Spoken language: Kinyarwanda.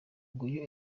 nguyu